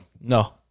no